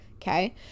Okay